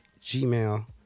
Gmail